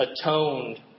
atoned